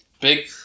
Big